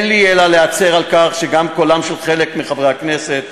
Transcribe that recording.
אין לי אלא להצר על כך שגם חלק מחברי הכנסת